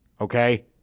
Okay